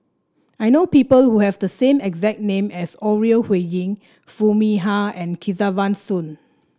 I know people who have the same exact name as Ore Huiying Foo Mee Har and Kesavan Soon